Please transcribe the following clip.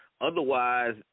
otherwise